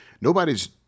nobody's